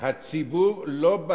של שיקול דעת לאור נסיבות משתנות.